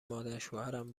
مادرشوهرم